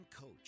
coach